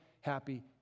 happy